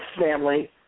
family